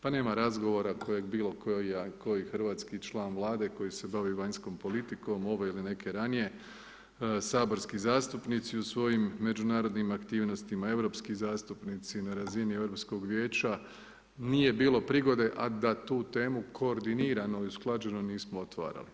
Pa nema razgovora koji bilo koji, ko i ja, ko i hrvatski član vlade, koji se bavi vanjskom politikom, ove ili neke ranije, saborski zastupnici u svojim međunarodnim aktivnostima, europski zastupnici na razini Europskog vijeća nije bilo prigode, a da tu temu, koordinirano i usklađeno nismo otvarali.